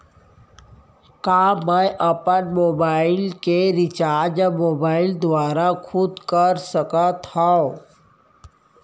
का मैं अपन मोबाइल के रिचार्ज मोबाइल दुवारा खुद कर सकत हव?